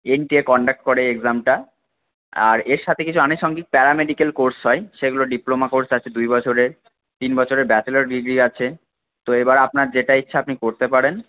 NTA conduct করে এই এগজ্যামটা আর এর সাথে কিছু আনুষাঙ্গিক প্যারা মেডিক্যাল কোর্স হয় সেগুলো ডিপ্লোমা কোর্স আছে দুই বছরের তিন বছরের ব্যাচেলার ডিগ্রি আছে তো এবার আপনার যেটা ইচ্ছা আপনি করতে পারেন